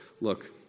Look